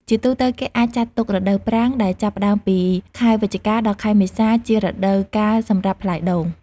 ជាទូទៅ គេអាចចាត់ទុក រដូវប្រាំង ដែលចាប់ផ្ដើមពី ខែវិច្ឆិកា ដល់ខែមេសា ជារដូវកាលសម្រាប់ផ្លែដូង។